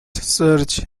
search